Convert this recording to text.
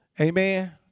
Amen